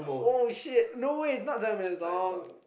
oh shit no way it's not gonna be as long